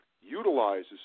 utilizes